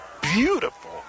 beautiful